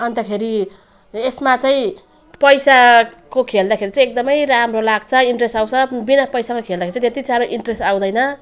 अन्तखेरि र यसमा चाहिँ पैसाको खेल्दाखेरि चाहिँ एकदमै राम्रो लाग्छ इन्ट्रेस्ट आउँछ बिना पैसामा खेल्दाखेरि चाहिँ त्यत्ति साह्रो इन्ट्रेस्ट आउँदैन